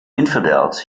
infidels